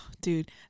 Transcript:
dude